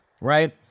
right